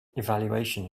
evaluation